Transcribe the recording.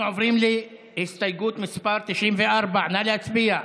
אנחנו עוברים להסתייגות מס' 94. נא להצביע.